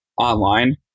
online